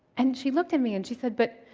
and she looked at me, and she said, but,